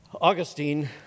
Augustine